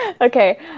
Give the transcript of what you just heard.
Okay